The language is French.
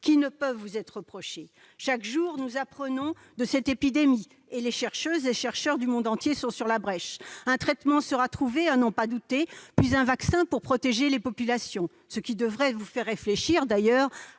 qui ne peuvent vous être reprochées. Chaque jour, nous apprenons de cette épidémie et les chercheuses et chercheurs du monde entier sont sur la brèche. Un traitement sera trouvé, à n'en pas douter, puis un vaccin pour protéger les populations. Ce qui devrait vous faire réfléchir, d'ailleurs,